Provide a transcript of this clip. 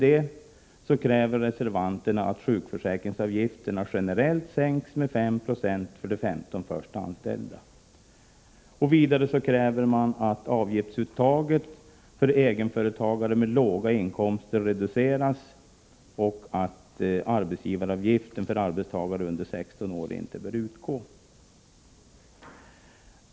Därför kräver reservanterna att sjukförsäkringsavgifterna generellt sänks med 5 96 för de 15 först anställda. Vidare kräver reservanterna att avgiftsuttaget för egenföretagare med låga inkomster reduceras och att arbetsgivaravgift för arbetstagare under 16 år inte bör utgå.